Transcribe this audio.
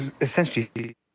essentially